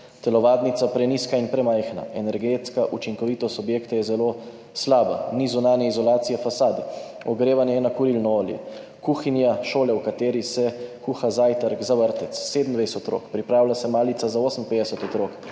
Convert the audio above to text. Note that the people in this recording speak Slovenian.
telovadnica je prenizka in premajhna. Energetska učinkovitost objekta je zelo slaba, ni zunanje izolacije fasade, ogrevanje je na kurilno olje. Kuhinja šole, v kateri se kuha zajtrk za vrtec za 27 otrok, pripravlja se malica za 58 otrok,